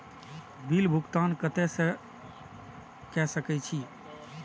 Bill भुगतान केते से कर सके छी?